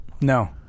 No